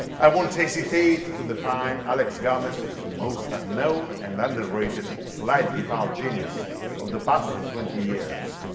i won't hesitate to define alex gomez the most unknown and underrated slide-guitar genius of the past twenty years.